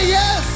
yes